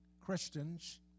Christians